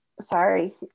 Sorry